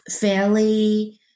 fairly